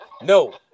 no